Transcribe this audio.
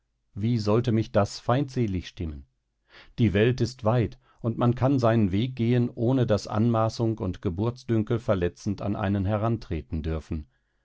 wie sollte mich das feindselig stimmen die welt ist weit und man kann seinen weg gehen ohne daß anmaßung und geburtsdünkel verletzend an einen herantreten dürfen